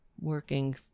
working